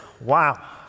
Wow